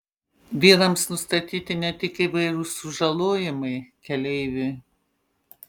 vyrams nustatyti ne tik įvairūs sužalojimai keleiviui